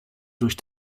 durch